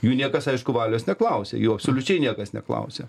jų niekas aišku valios neklausė jų absoliučiai niekas neklausė